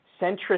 centrist